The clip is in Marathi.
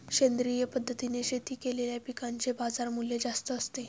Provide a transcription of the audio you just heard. सेंद्रिय पद्धतीने शेती केलेल्या पिकांचे बाजारमूल्य जास्त असते